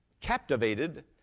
captivated